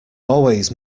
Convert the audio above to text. always